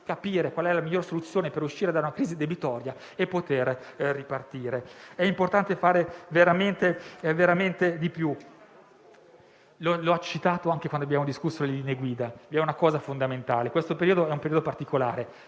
capire qual è la miglior soluzione per uscire da una crisi debitoria e poter ripartire. È importante fare di più. Lo si è detto anche quando abbiamo discusso le linee guida: è una cosa fondamentale. Questo è un periodo particolare.